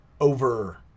over